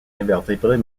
invertébrés